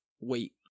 wait